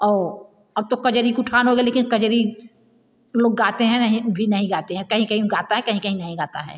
आउ अब तो कजरी का उठान हो गया लेकिन कजरी लोग गाते है नहीं भी नहीं गाते हैं कहीं कहीं गाता है कहीं कहीं नहीं गाता है